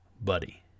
buddy